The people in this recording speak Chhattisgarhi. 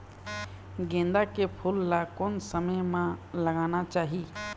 गेंदा के फूल ला कोन समय मा लगाना चाही?